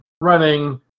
running